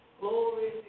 Glory